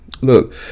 Look